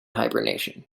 hibernation